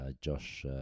Josh